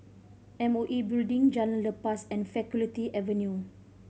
M O E Building Jalan Lepas and Faculty Avenue